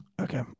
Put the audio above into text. Okay